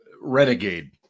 Renegade